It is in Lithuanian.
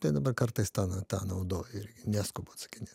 tai dabar kartais tą na tą naudoju irgi neskubu atsakinėt